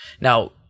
Now